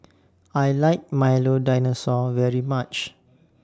I like Milo Dinosaur very much